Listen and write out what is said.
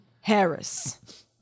Harris